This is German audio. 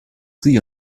sie